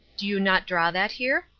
do you not draw that here?